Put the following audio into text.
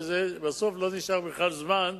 בסוף לא נשאר בכלל זמן לחקיקה.